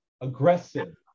aggressive